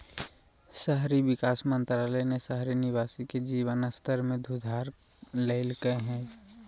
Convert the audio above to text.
शहरी विकास मंत्रालय ने शहरी निवासी के जीवन स्तर में सुधार लैल्कय हइ